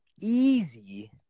easy